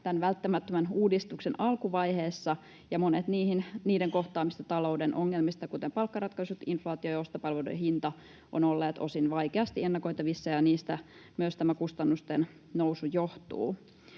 tämän välttämättömän uudistuksen alkuvaiheessa, ja monet niiden kohtaamista talouden ongelmista, kuten palkkaratkaisut, inflaatio ja ostopalveluiden hinta, ovat olleet osin vaikeasti ennakoitavissa, ja niistä myös tämä kustannusten nousu johtuu.